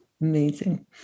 amazing